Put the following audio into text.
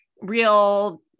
real